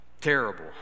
terrible